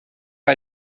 bij